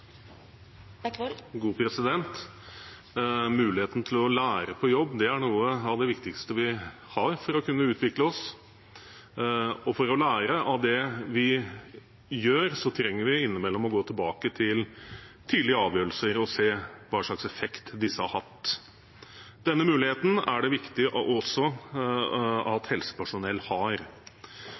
noe av det viktigste vi har for å kunne utvikle oss, og for å lære av det vi gjør, trenger vi innimellom å gå tilbake til tidligere avgjørelser og se hva slags effekt disse har hatt. Denne muligheten er det viktig at også helsepersonell har.